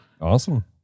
Awesome